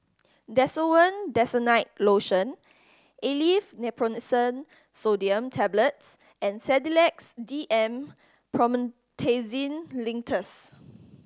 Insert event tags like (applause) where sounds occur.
Desowen Desonide Lotion Aleve Naproxen Sodium Tablets and Sedilix D M Promethazine Linctus (noise)